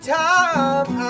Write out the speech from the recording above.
time